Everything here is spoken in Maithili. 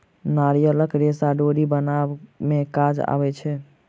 नारियलक रेशा डोरी बनाबअ में काज अबै छै